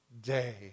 day